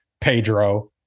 Pedro